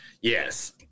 Yes